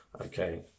okay